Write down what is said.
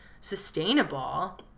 sustainable